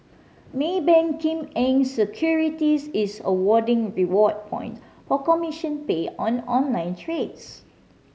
Maybank Kim Eng Securities is awarding reward point for commission paid on online trades